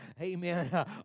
Amen